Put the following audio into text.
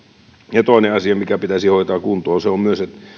ja toinen asia mikä pitäisi hoitaa kuntoon on myös